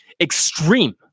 Extreme